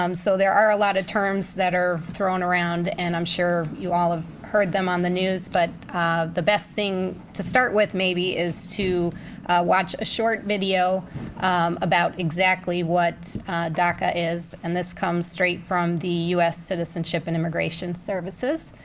um so there are a lot of terms that are thrown around, and i'm sure you all have heard them on the news, but the best thing to start with maybe is to watch a short video about exactly what daca is, and this comes straight from the u s. citizenship and immigration services.